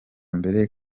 mbere